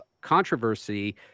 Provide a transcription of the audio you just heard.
controversy